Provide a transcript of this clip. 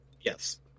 Yes